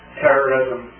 terrorism